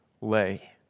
lay